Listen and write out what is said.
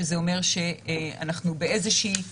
שזה אומר שאנחנו לא בדעיכה.